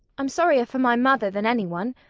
i'm sorrier for my mother than anyone.